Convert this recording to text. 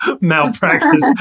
malpractice